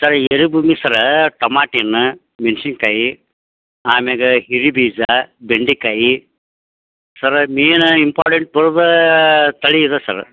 sir ಎರೆಭೂಮಿ ಸರ ಟಮಾಟಿ ಹಣ್ಣ ಮೆಣ್ಸಿನ್ಕಾಯಿ ಆಮ್ಯಾಗೆ ಹೀರೆ ಬೀಜ ಬೆಂಡೆಕಾಯಿ ಸರ ಮೇನ ಇಂಪಾರ್ಟೆಂಟ್ ಬರೋದೇ ತಳಿ ಇದು ಸರ್